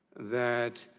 that